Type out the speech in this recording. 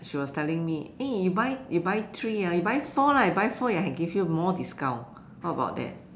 she was telling me eh you buy you buy three ah you buy four lah you buy four I can give you more discount how about that